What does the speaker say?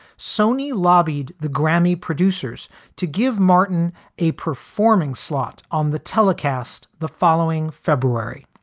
sony lobbied the grammy producers to give martin a performing slot on the telecast. the following february,